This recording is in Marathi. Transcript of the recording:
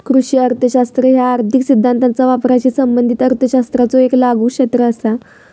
कृषी अर्थशास्त्र ह्या आर्थिक सिद्धांताचा वापराशी संबंधित अर्थशास्त्राचो येक लागू क्षेत्र असा